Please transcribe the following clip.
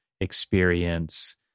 Experience